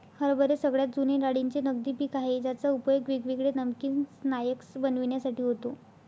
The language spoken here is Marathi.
हरभरे सगळ्यात जुने डाळींचे नगदी पिक आहे ज्याचा उपयोग वेगवेगळे नमकीन स्नाय्क्स बनविण्यासाठी होतो